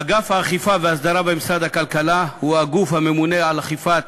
אגף האכיפה במשרד הכלכלה הוא הגוף הממונה על אכיפת